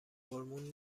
هورمون